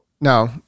no